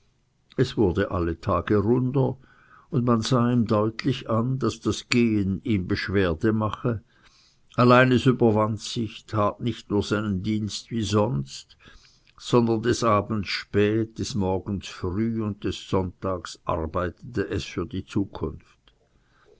es wurde alle tage runder und man sah ihm deutlich an daß das gehen ihm beschwerde mache allein es überwand sich tat nicht nur seinen dienst wie sonst sondern des abends spät des morgens früh und des sonntags arbeitete es für die zukunft